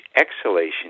exhalation